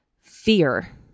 fear